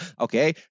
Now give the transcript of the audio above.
okay